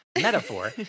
metaphor